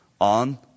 on